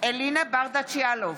אלינה ברדץ' יאלוב,